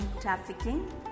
trafficking